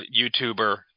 YouTuber